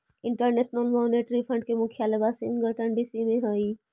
international monetary fund के मुख्यालय Washington DC में हई